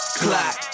clock